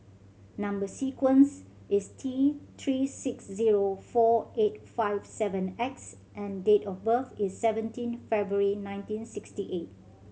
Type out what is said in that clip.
number sequence is T Three six zero four eight five seven X and date of birth is seventeen February nineteen sixty eight